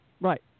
Right